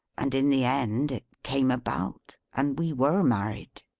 and in the end, it came about, and we were married.